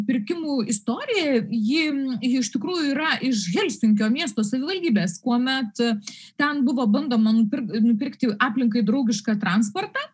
pirkimų istorija ji ji iš tikrųjų yra iš helsinkio miesto savivaldybės kuomet ten buvo bandoma nupirkti nupirkti aplinkai draugišką transportą